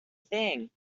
thing